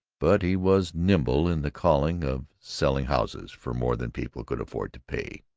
but he was nimble in the calling of selling houses for more than people could afford to pay.